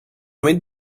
made